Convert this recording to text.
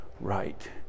right